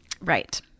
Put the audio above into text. Right